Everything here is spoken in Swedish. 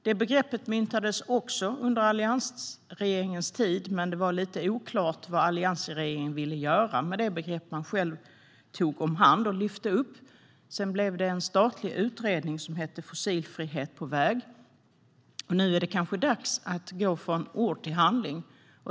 Det begreppet myntades också under alliansregeringens tid, men det var lite oklart vad alliansregeringen ville göra med det begrepp man själv tog om hand och lyfte fram. Sedan blev det en statlig utredning, Fossilfrihet på väg . Nu är det kanske dags att gå från ord till handling.